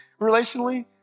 relationally